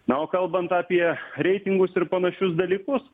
na o kalbant apie reitingus ir panašius dalykus